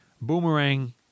Boomerang